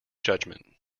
judgment